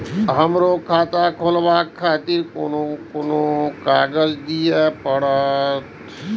हमरो खाता खोलाबे के खातिर कोन कोन कागज दीये परतें?